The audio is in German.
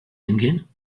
hingehen